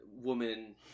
woman